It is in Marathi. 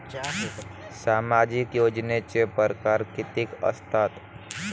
सामाजिक योजनेचे परकार कितीक असतात?